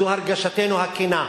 זו הרגשתנו הכנה.